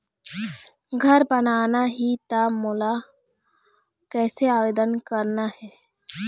घर बनाना ही त मोला कैसे आवेदन करना हे?